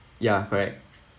ya correct